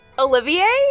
Olivier